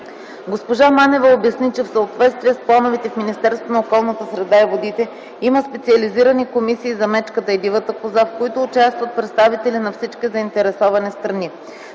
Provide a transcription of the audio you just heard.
Госпожа Манева обясни, че в съответствие с плановете в Министерството на околната среда и водите има специализирани комисии за мечката и дивата коза, в които участват представители на всички заинтересовани страни.